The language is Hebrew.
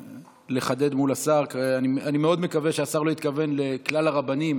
לחדד מול השר: אני מאוד מקווה שהשר לא התכוון לכלל הרבנים